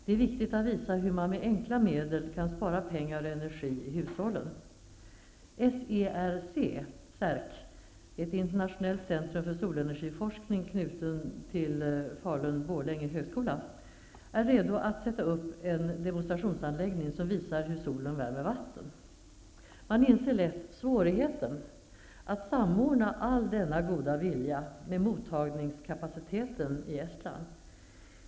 Det är viktigt att visa hur man med enkla medel kan spara pengar och energi i hushållen. SERC, ett internationellt centrum för solenergiforskning, knutet till Falun/Borlänge högskola, är redo att sätta upp en demonstrationsanläggning som visar hur solen värmer vatten. Det är lätt att inse svårigheten att samordna all denna goda vilja med mottagningskapaciteten i Estland.